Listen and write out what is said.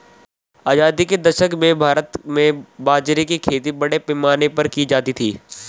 आजादी के दशक में भारत में बाजरे की खेती बड़े पैमाने पर की जाती थी